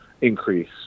increase